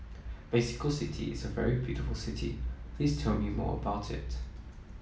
Mexico City is a very beautiful city please tell me more about it